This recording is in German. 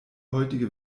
heutige